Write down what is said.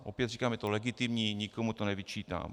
Opět říkám, je to legitimní, nikomu to nevyčítám.